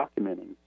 documenting